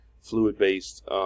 fluid-based